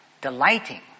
delighting